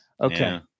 Okay